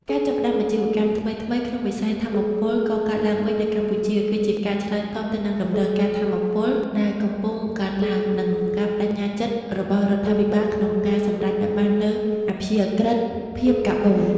ការចាប់ផ្ដើមអាជីវកម្មថ្មីៗក្នុងវិស័យថាមពលកកើតឡើងវិញនៅកម្ពុជា គឺជាការឆ្លើយតបទៅនឹងតម្រូវការថាមពលដែលកំពុងកើនឡើង និងការប្ដេជ្ញាចិត្តរបស់រដ្ឋាភិបាលក្នុងការសម្រេចឱ្យបាននូវអព្យាក្រឹតភាពកាបូន។